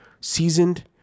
seasoned